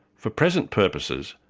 for present purposes,